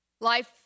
Life